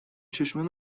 چشمان